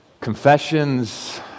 Confessions